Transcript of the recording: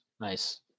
Nice